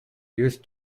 youth